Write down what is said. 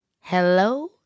Hello